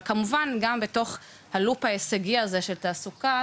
אבל כמובן גם בתוך הלופ ההישגי הזה של תעסוקה,